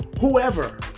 whoever